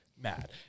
mad